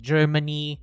Germany